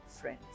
friends